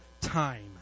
time